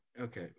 Okay